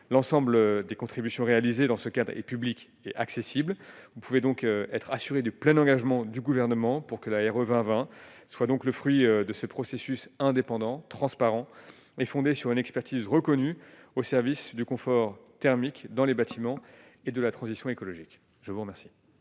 l'ensemble des contributions réalisé dans ce cas et public accessible, vous pouvez donc être assuré du plein engagement du gouvernement pour que l'aéroport soit donc le fruit de ce processus indépendant transparent et fondé sur une expertise reconnue au service du confort thermique dans les bâtiments et de la transition écologique, je vous remercie.